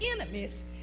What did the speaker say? enemies